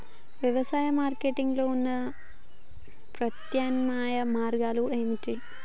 వ్యవసాయ మార్కెటింగ్ లో ఉన్న ప్రత్యామ్నాయ మార్గాలు ఏమిటి?